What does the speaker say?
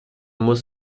muss